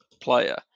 player